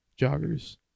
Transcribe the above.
joggers